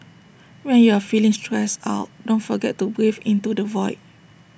when you are feeling stressed out don't forget to breathe into the void